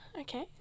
okay